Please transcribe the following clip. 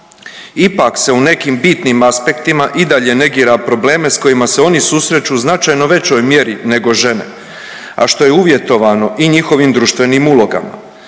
Ipak se u nekim bitnim aspektima i dalje negira probleme sa kojima se oni susreću značajno većoj mjeri nego žene, a što je uvjetovano i njihovim društvenim ulogama.